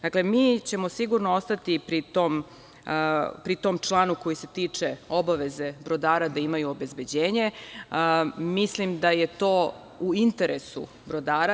Dakle mi ćemo sigurno ostati pri tom članu koji se tiče obaveze brodara da imaju obezbeđenje, mislim da je to u interesu brodara.